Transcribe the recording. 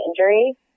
injury